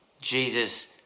Jesus